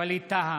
ווליד טאהא,